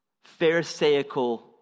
Pharisaical